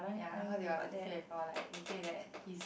ya I heard they are they say that he's